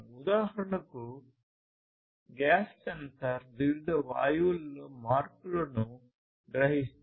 ఉదాహరణకు gas sensor వివిధ వాయువులలో మార్పులను గ్రహిస్తుంది